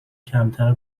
کمتر